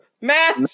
Matt